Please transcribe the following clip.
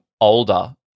older